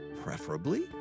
preferably